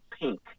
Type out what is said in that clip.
pink